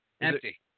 Empty